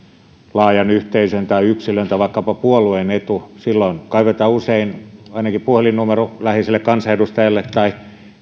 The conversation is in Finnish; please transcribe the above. laajan yhteisön tai yksilön tai vaikkapa puolueen etu silloin kaivetaan usein ainakin puhelinnumero läheiselle kansanedustajalle tai